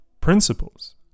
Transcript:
principles